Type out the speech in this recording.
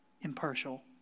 impartial